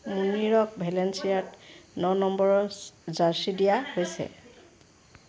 মুনিৰক ভেলেন্সিয়াত ন নম্বৰৰ জাৰ্ছি দিয়া হৈছে